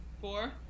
Four